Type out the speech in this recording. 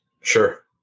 Sure